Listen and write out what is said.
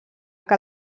que